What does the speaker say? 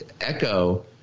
Echo